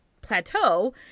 plateau